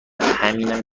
همینم